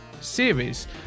Series